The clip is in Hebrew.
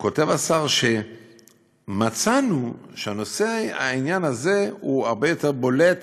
כתב השר שמצאנו שהעניין הזה הרבה יותר בולט